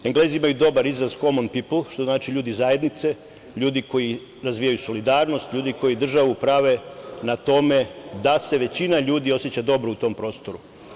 Englezi imaju dobar izraz – common people, što znači ljudi zajednice, ljudi koji razvijaju solidarnost, ljudi koji državu prave na tome da se većina ljudi oseća dobro u tom prostoru.